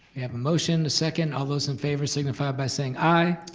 we have a motion, a second, all those in favor signify by saying aye.